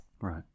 Right